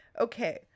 okay